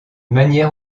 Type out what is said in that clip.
manière